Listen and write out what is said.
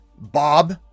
Bob